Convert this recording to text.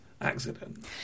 accident